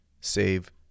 save